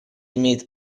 имеет